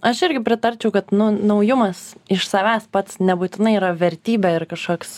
aš irgi pritarčiau kad nu naujumas iš savęs pats nebūtinai yra vertybė ir kažkoks